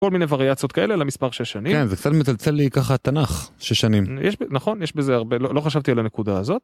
כל מיני וריאציות כאלה למספר שש שנים. כן, זה קצת מצלצל לי ככה תנ״ך, שש שנים. נכון, יש בזה הרבה, לא חשבתי על הנקודה הזאת.